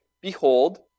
behold